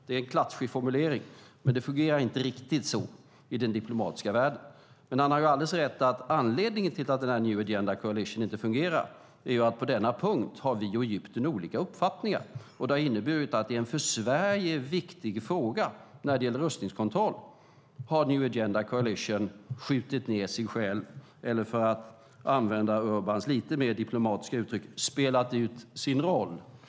Det är en klatschig formulering, men det fungerar inte riktigt så i den diplomatiska världen. Men han har alldeles rätt i att anledningen till att New Agenda Coalition inte fungerar är att vi och Egypten på denna punkt har olika uppfattningar. Det har inneburit att i en för Sverige viktig fråga, när det gäller rustningskontroll, har New Agenda Coalition skjutit ned sig själv, eller för att använda Urbans lite mer diplomatiska uttryck: spelat ut sin roll.